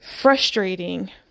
frustrating